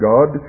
God